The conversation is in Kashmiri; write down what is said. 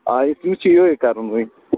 آ أمِس چھُو یہَے کَرُن وۅنۍ